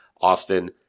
Austin